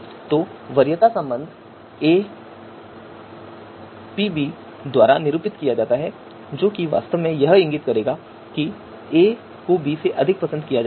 तो वरीयता संबंध aPb द्वारा निरूपित किया जाता है जो वास्तव में इंगित करेगा कि a को b से अधिक पसंद किया जाता है